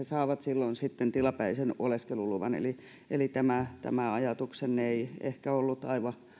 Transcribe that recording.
saavat silloin tilapäisen oleskeluluvan eli eli tämä tämä ajatuksenne ei ehkä ollut aivan